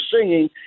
singing